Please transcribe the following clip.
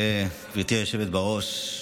גברתי היושבת-ראש,